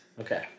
Okay